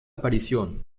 aparición